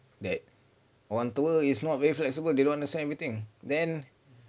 that orang tua is not very flexible they understand everything then